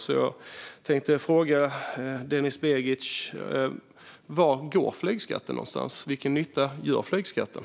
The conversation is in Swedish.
Därför vill jag fråga Denis Begic vad flygskatten går till. Vilken nytta gör flygskatten?